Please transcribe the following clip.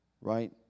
right